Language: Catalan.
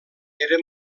era